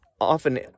often